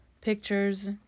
pictures